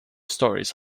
stories